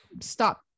stop